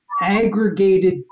aggregated